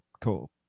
cool